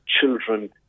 children